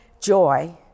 joy